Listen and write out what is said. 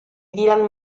dylan